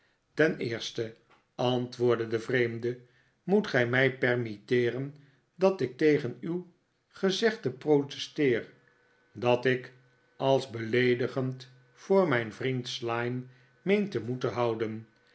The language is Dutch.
ten eerste antwoordde de vreemde moet gij mij permitteeren dat ik tegen uw gezegde protesteer dat ik als beleedigend voor mijn vriend slyme meen te moeten houden